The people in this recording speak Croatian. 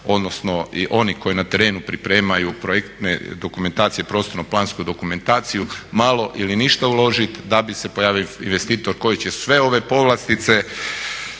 odnosno i oni koji na terenu pripremaju projektne dokumentacije, prostorno plansku dokumentaciju malo ili ništa uložiti da bi se pojavio investitor koji će sve ove povlastice